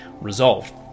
resolved